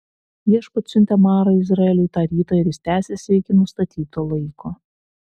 viešpats siuntė marą izraeliui tą rytą ir jis tęsėsi iki nustatyto laiko